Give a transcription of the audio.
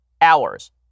hours